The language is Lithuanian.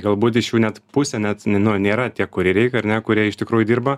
galbūt iš jų net pusė net ni nu nėra tie kurjeriai ar ne kurie iš tikrųjų dirba